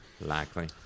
Likely